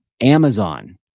Amazon